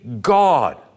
God